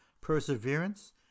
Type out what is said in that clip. perseverance